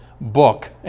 book